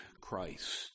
Christ